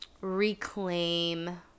reclaim